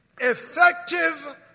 Effective